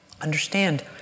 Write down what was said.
understand